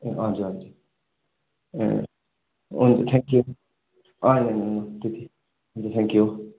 ए हजुर हजुर ए हुन्छ थ्याङ्क यू हुन्छ थ्याङ्क यू